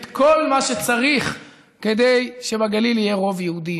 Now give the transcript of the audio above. את כל מה שצריך כדי שבגליל יהיה רוב יהודי.